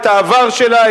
את העבר שלה,